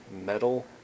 metal